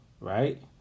Right